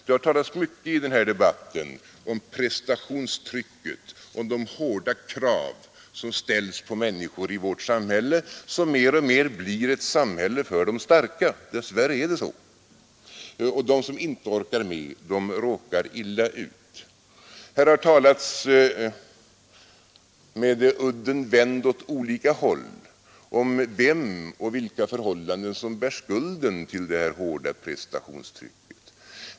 Det har talats mycket i den här debatten om prestationstrycket, om de hårda krav som ställs på människor i vårt samhälle, som mer och mer blir ett samhälle för de starka — dess värre är det så — och de som inte orkar med råkar illa ut. Här har talats, med udden vänd åt olika håll, om vem och vilka förhållanden som bär skulden till det här hårda prestationstrycket.